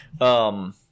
Um-